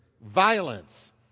violence